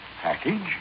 Package